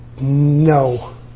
No